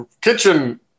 kitchen